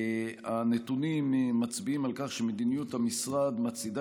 הנתונים מצביעים על כך שמדיניות המשרד מצעידה